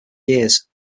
years